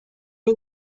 این